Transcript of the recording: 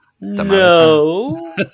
No